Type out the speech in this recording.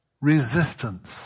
resistance